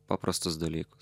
paprastus dalykus